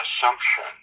assumption